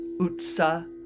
Utsa